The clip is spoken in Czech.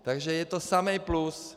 Takže je to samý plus.